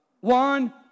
One